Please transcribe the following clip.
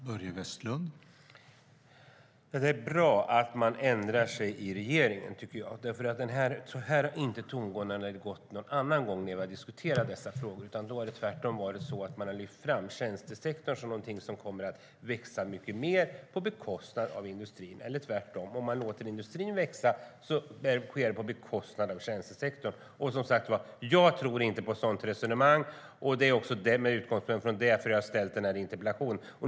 Herr talman! Det är bra att man ändrar sig i regeringen, tycker jag. Så här har tongångarna inte gått någon annan gång när vi har diskuterat dessa frågor, utan då har man lyft fram tjänstesektorn som någonting som kommer att växa mycket på bekostnad av industrin, eller tvärtom att om man låter industrin växa sker det på bekostnad av tjänstesektorn. Jag tror inte på ett sådant resonemang, och det är med den utgångspunkten som jag har ställt den här interpellationen.